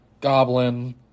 Goblin